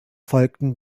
folgten